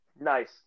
Nice